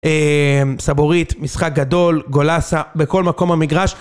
אממ סבוריט משחק גדול גולסה בכל מקום במגרש